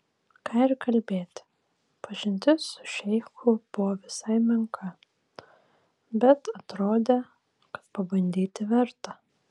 ką ir kalbėti pažintis su šeichu buvo visai menka bet atrodė kad pabandyti verta